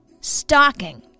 Stalking